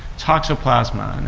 toxoplasma, and